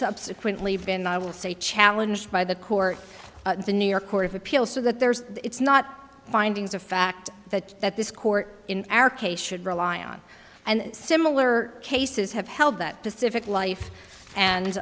subsequently been i will say challenge by the court the new york court of appeal so that there's it's not findings of fact that that this court in our case should rely on and similar cases have held that pacific life